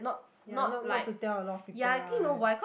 ya not not to tell a lot of people right